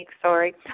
sorry